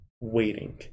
waiting